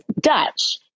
Dutch